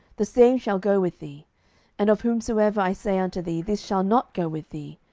the same shall go with thee and of whomsoever i say unto thee, this shall not go with thee,